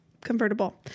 convertible